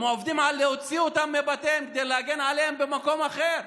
הם עובדים על להוציא אותם מבתיהם כדי להגן עליהם במקום אחר,